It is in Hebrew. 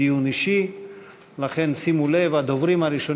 אין מתנגדים, אין